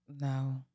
No